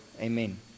amen